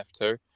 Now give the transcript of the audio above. F2